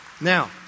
Now